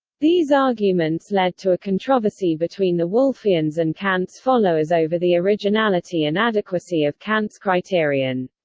these arguments led to a controversy between the wolffians and kant's followers over the originality and adequacy of kant's criterion.